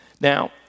Now